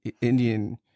Indian